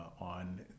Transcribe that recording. on